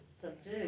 subdue